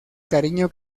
cariño